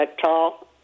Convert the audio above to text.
tall